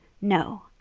No